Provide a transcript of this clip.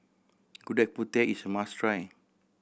Gudeg Putih is a must try